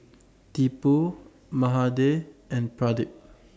Tipu Mahade and Pradip